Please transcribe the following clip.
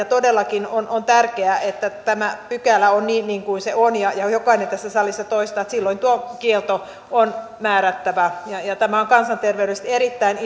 todellakin on on tärkeää että tämä pykälä on sellainen kuin se on ja ja jokainen tässä salissa todistaa että silloin tuo kielto on määrättävä tämä on kansanterveydellisesti erittäin